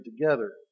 together